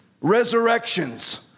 resurrections